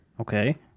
Okay